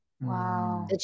Wow